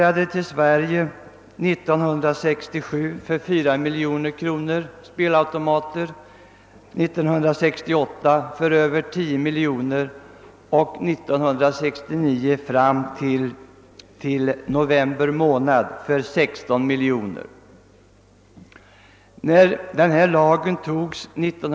År 1967 importerade vi spelautomater för 4 miljoner kronor, år 1968 för 10 miljoner kronor och år 1969 fram till november månad för 16 miljoner kronor.